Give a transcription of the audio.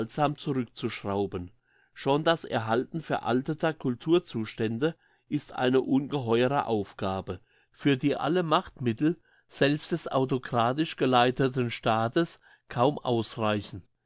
zurückzuschrauben schon das erhalten veralteter culturzustände ist eine ungeheuere aufgabe für die alle machtmittel selbst des autokratisch geleiteten staates kaum ausreichen